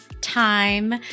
time